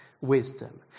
wisdom